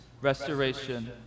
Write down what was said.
Restoration